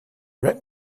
rap